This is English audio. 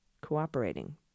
cooperating